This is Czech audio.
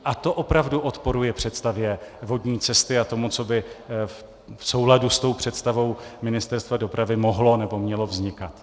A to opravdu odporuje představě vodní cesty a tomu, co by v souladu s představou Ministerstva dopravy mohlo nebo mělo vznikat.